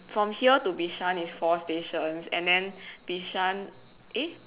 from here to bishan is four stations and then bishan eh